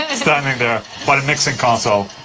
ah standing there by the mixing console.